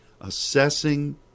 assessing